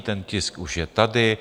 Ten tisk už je tady.